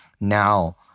now